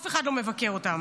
אף אחד לא מבקר אותן,